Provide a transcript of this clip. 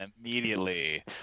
immediately